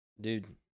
Dude